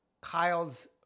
Kyle's